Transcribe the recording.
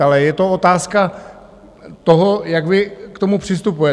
Ale je to otázka toho, jak vy k tomu přistupujete.